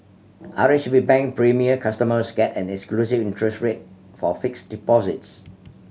R H B Bank Premier customers get an exclusive interest rate for fixed deposits